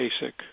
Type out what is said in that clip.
basic